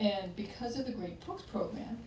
and because of the great talks program